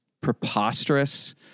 preposterous